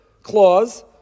clause